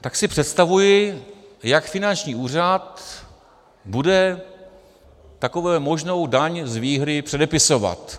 Tak si představuji, jak finanční úřad bude takovou možnou daň z výhry předepisovat.